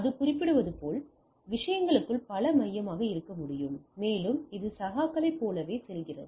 அது குறிப்பிடுவது போல விஷயங்களுக்குள் பல மையமாக இருக்க முடியும் மேலும் இது சகாக்களைப் போலவே செல்கிறது